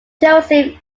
joseph